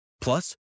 Plus